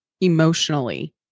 emotionally